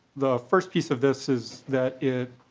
the first piece of this is that it